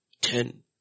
ten